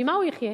ממה הוא יחיה?